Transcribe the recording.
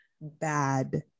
bad